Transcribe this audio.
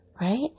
Right